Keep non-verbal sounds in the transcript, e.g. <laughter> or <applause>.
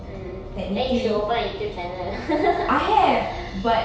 mm mm then you should open a YouTube channel <laughs>